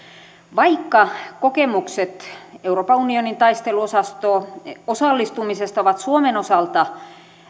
vaikka kokemukset euroopan unionin taisteluosastoon osallistumisesta ovat suomen osalta